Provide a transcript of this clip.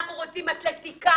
אנחנו רוצים אתלטים.